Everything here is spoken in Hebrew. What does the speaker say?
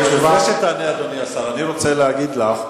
לפני שתענה, אדוני השר, אני רוצה להגיד לך,